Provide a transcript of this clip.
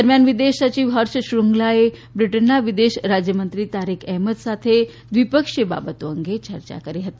દરમિયાન વિદેશ સચિવ હર્ષ શ્રૃંગલાએ બ્રિટનના વિદેશ રાજ્યમંત્રી તારીક એહમદ સાથે દ્વિપક્ષીય બાબતો અંગે ચર્ચા કરી હતી